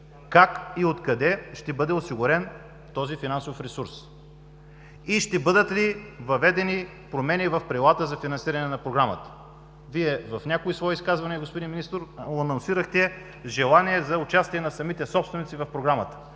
Как и от къде ще бъде осигурен този финансов ресурс? Ще бъдат ли въведени промени в правилата за финансиране на програмата? В някои свои изказвания, господин Министър, анонсирахте желание за участие на собствениците в Програмата.